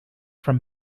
from